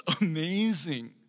amazing